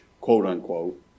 quote-unquote